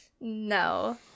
No